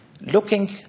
looking